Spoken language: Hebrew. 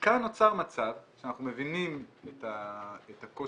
אבל כאן נוצר מצב שאנחנו מבינים את הקושי